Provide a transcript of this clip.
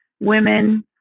women